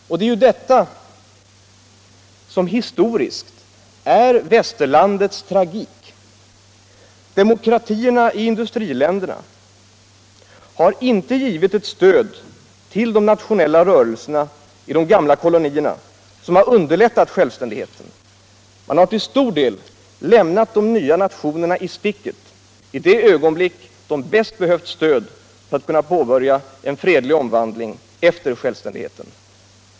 Och det är detta som historiskt är Västerlandets tragik. Demokratierna i industriländerna har inte givit ett stöd till de nationella rörelserna i de gamla kolonierna som underlättat självständigheten. Man har till stor del lämnat de nya nationerna i sticket i det ögonblick de bäst behövt Internationellt utvecklingssamar stöd för att kunna påbörja en fredlig omvandling efter självständigheten.